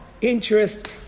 interest